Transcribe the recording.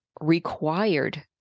required